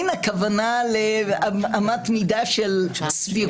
אין אנו יכולים לקבל את טענתו הנלבבת של בא כוח המבקש.